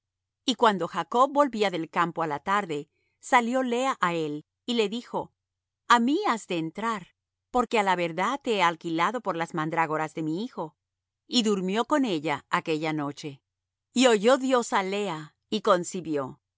y cuando jacob volvía del campo á la tarde salió lea á él y le dijo a mí has de entrar porque á la verdad te he alquilado por las mandrágoras de mi hijo y durmió con ella aquella noche y oyó dios á lea y concibió